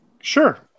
Sure